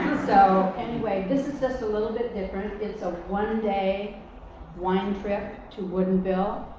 so anyway, this is just a little bit different. it's a one day wine trip to woodinville.